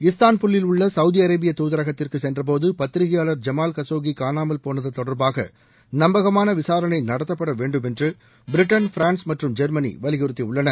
இஸ்தான்புல்லில் உள்ள சவுதி அரேபிய தாதரகத்திற்கு சென்றபோது பத்திரிகையாளர் ஜமால் கசோகி காணாமல்போனது தொடர்பாக நம்பகமான விசாரணை நடத்தப்படவேண்டும் என்று பிரிட்டன் பிரான்ஸ் மற்றும் ஜெர்மனி வலியுறுத்தி உள்ளன